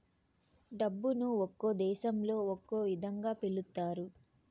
డబ్బును ఒక్కో దేశంలో ఒక్కో ఇదంగా పిలుత్తారు